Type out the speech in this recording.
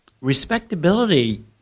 respectability